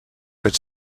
fet